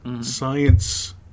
Science